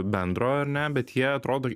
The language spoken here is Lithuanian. bendro ar ne bet jie atrodo